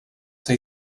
say